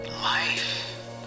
life